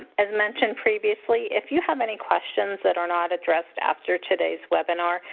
as mentioned previously, if you have any questions that are not addressed after today's webinar,